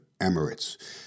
Emirates